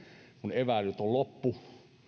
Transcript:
eväilyt ovat loppu